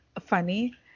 funny